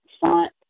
font